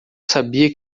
sabia